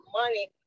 money